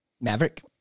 Maverick